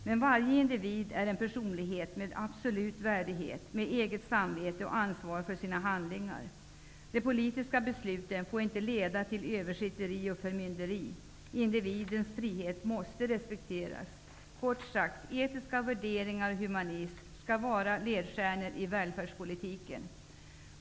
Men varje individ är en personlighet med absolut värdighet, med eget samvete och ansvar för sina handlingar. De politiska besluten får inte leda till översitteri och förmynderi. Individens frihet måste respekteras. Kort sagt: Etiska värderingar och humanism skall vara ledstjärnor i välfärdspolitiken.